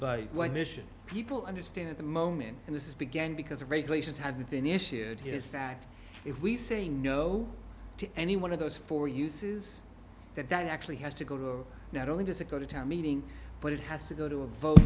one mission people understand the moment and this began because the regulations have been issued here is that if we say no to any one of those four uses that that actually has to go to not only does it go to town meeting but it has to go to a vote